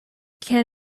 can